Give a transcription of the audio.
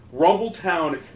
Rumbletown